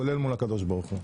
כולל מול הקדוש ברוך הוא.